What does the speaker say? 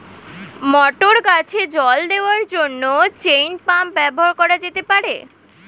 মটর গাছে জল দেওয়ার জন্য চেইন পাম্প ব্যবহার করা যেতে পার?